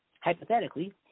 hypothetically